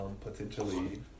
potentially